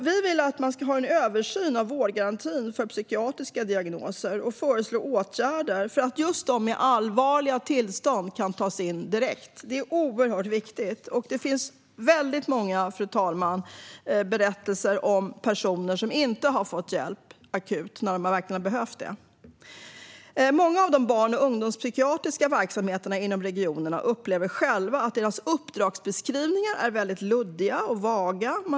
Vi vill att det ska göras en översyn av vårdgarantin för psykiatriska diagnoser och föreslår åtgärder för att just de med allvarliga tillstånd ska kunna tas in direkt. Det är oerhört viktigt, fru talman. Det finns många berättelser om personer som inte har fått akut hjälp när de verkligen har behövt det. Många inom de barn och ungdomspsykiatriska verksamheterna inom regionerna upplever själva att deras uppdragsbeskrivningar är väldigt luddiga och vaga.